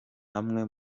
amwe